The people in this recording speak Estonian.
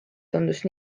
tundus